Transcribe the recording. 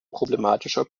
problematischer